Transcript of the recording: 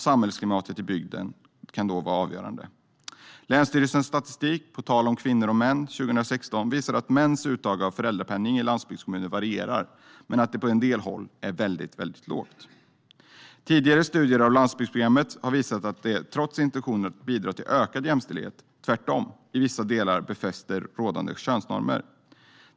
Samhällsklimatet i bygden kan då vara avgörande. Länsstyrelsernas statistik På tal om kvinnor och män 2016 visar att mäns uttag av föräldrapenning i landsbygdskommuner varierar men att det på en del håll är väldigt lågt. Tidigare studier i landsbygdsprogrammet har visat att det, trots intentioner att bidra till ökad jämställdhet, i vissa delar tvärtom befäster rådande könsnormer.